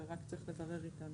ורק צריך לברר איתם